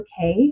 okay